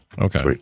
Okay